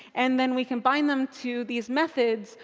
and then we can bind them to these methods,